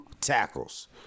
tackles